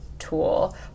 tool